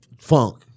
Funk